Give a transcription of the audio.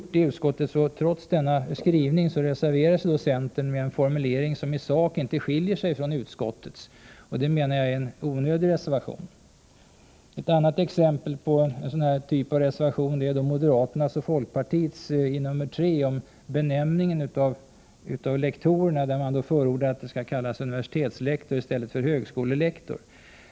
Trots denna skrivning reserverar sig centern med en formulering som i sak inte skiljer sig från utskottets. Det menar jag är en onödig reservation. Ett annat exempel på sådana reservationer är moderaternas och folkpartiets reservation nr 3 om benämningen universitetslektor i stället för högskolelektor.